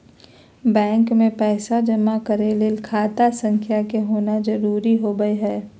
bank मे पैसा जमा करय ले खाता संख्या के होना जरुरी होबय हई